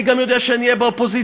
אני גם יודע שאני אהיה באופוזיציה.